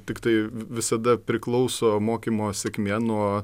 tiktai visada priklauso mokymo sėkmė nuo